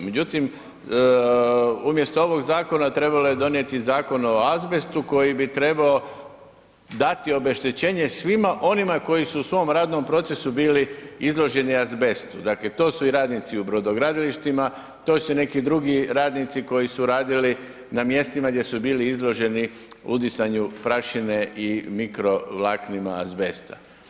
Međutim, umjesto ovog zakona, trebalo je donijeti zakon o azbestu koji bi trebao dati obeštećenje svima onima koji su u svom radnom procesu bili izloženi azbestu, dakle to su i radnici u brodogradilištima, to su neki drugi radnici koji su radili na mjestima gdje su bili izloženi udisanju prašine i mikrovlaknima azbesta.